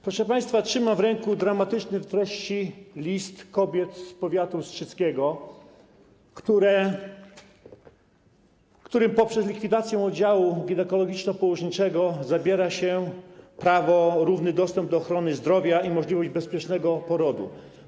Proszę państwa, trzymam w ręku dramatyczny w treści list kobiet z powiatu ustrzyckiego, którym poprzez likwidację oddziału ginekologiczno-położniczego zabiera się prawo, równy dostęp do ochrony zdrowia i możliwość bezpiecznego porodu.